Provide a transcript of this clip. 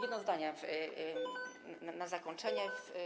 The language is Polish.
Jedno zdanie na zakończenie.